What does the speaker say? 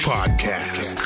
Podcast